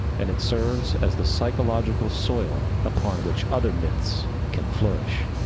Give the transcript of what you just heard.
and it serves as the psychological soil upon which other myths can flourish.